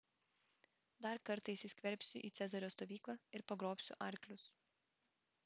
dar kartą įsiskverbsiu į cezario stovyklą ir pagrobsiu arklius